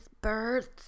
birds